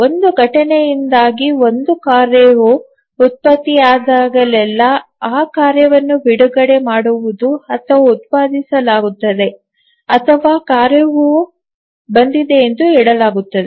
ಒಂದು ಘಟನೆಯಿಂದಾಗಿ ಒಂದು ಕಾರ್ಯವು ಉತ್ಪತ್ತಿಯಾದಾಗಲೆಲ್ಲಾ ಆ ಕಾರ್ಯವನ್ನು ಬಿಡುಗಡೆ ಮಾಡಲಾಗುವುದು ಅಥವಾ ಉತ್ಪಾದಿಸಲಾಗುತ್ತದೆ ಅಥವಾ ಕಾರ್ಯವು ಬಂದಿದೆ ಎಂದು ಹೇಳಲಾಗುತ್ತದೆ